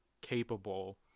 capable